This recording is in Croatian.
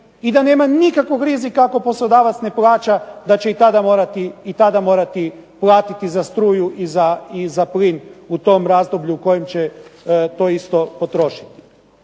i da nema nikakvog rizika ako poslodavac ne plaća da će i tada morati platiti za struju i za plin u tom razdoblju u kojem će to isto potrošiti.